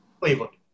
Cleveland